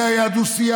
זה היה הדו-שיח?